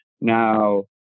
now